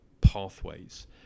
pathways